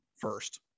first